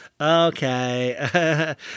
okay